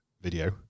video